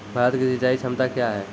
भारत की सिंचाई क्षमता क्या हैं?